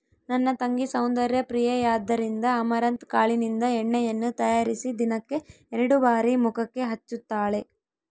ನನ್ನ ತಂಗಿ ಸೌಂದರ್ಯ ಪ್ರಿಯೆಯಾದ್ದರಿಂದ ಅಮರಂತ್ ಕಾಳಿನಿಂದ ಎಣ್ಣೆಯನ್ನು ತಯಾರಿಸಿ ದಿನಕ್ಕೆ ಎರಡು ಬಾರಿ ಮುಖಕ್ಕೆ ಹಚ್ಚುತ್ತಾಳೆ